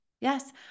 Yes